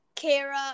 Kara